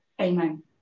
Amen